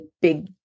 big